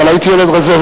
אבל הייתי ילד רזה,